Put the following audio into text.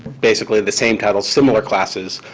basically the same titles, similar classes,